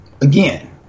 Again